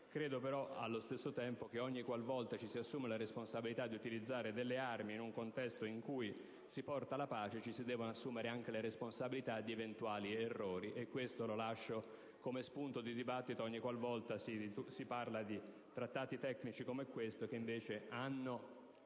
Credo però allo stesso tempo che ogni qualvolta ci si assume la responsabilità di utilizzare delle armi in un contesto in cui si porta la pace ci si debba assumere anche la responsabilità di eventuali errori, e questo lo lascio come spunto di dibattito: ogni volta si parla in casi come questo di trattati